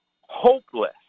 hopeless